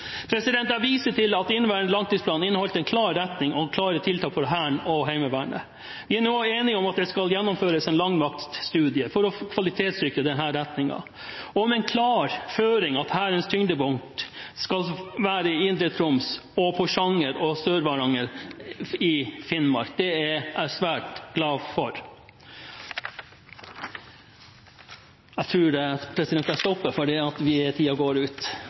Jeg viser til at inneværende langtidsplan inneholdt en klar retning og klare tiltak for Hæren og Heimevernet. Vi er nå enige om at det skal gjennomføres en landmaktstudie for å kvalitetssikre denne retningen og med den klare føringen at Hærens tyngdepunkt skal være i indre Troms og Porsanger og Sør-Varanger i Finnmark. Det er jeg svært glad for. Jeg tror jeg må stoppe der, for tiden går ut. Forsvarsministeren sa i sitt innlegg tidligere i dag at